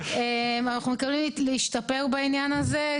איך אנחנו משתמשים בתת הקרקע לשימושים שונים.